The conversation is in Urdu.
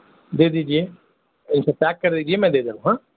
دے دیجیے اُس کو پیک کر دیجیے میں دے دے رہا ہاں